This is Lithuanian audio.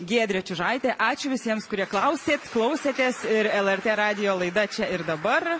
giedrė čiužaitė ačiū visiems kurie klausėt klausėtės ir lrt radijo laida čia ir dabar